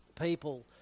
people